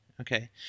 okay